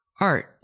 Art